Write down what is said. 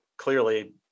Clearly